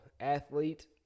athlete